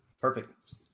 Perfect